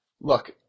look